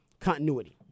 continuity